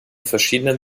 verschiedenen